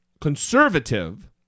conservative